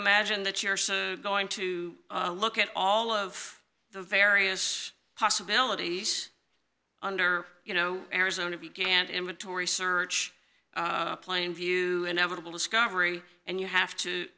imagine that you're so going to look at all of the various possibilities under you know arizona began to inventory search plane view inevitable discovery and you have to